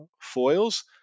foils